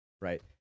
right